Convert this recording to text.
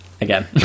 Again